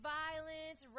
violence